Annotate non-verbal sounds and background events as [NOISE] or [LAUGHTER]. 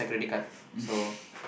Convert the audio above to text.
[BREATH]